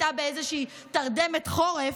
שהייתה באיזושהי תרדמת חורף,